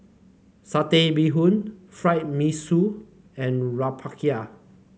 Satay Bee Hoon Fried Mee Sua and rempeyek